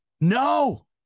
no